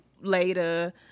Later